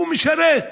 שהוא משרת,